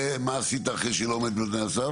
ומה עשית אחרי שהיא לא עומדת בתנאי הסף?